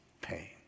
pain